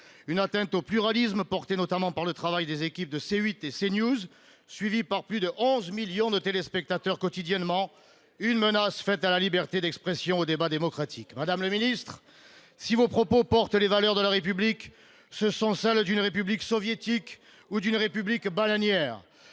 atteinte au pluralisme porté, notamment, par le travail des équipes de C8 et CNews, chaînes suivies quotidiennement par plus de 11 millions de téléspectateurs. Ils sont enfin une menace pour la liberté d'expression et le débat démocratique. Madame le ministre, si vos propos portent les valeurs de la République, ce sont celles d'une République soviétique ou d'une République bananière